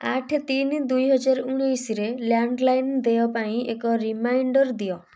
ଆଠ ତିନି ଦୁଇ ହଜାର ଉଣେଇଶରେ ଲ୍ୟାଣ୍ଡ ଲାଇନ୍ ଦେୟ ପାଇଁ ଏକ ରିମାଇଣ୍ଡର୍ ଦିଅ